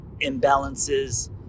imbalances